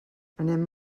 anem